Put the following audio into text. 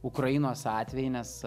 ukrainos atvejį nes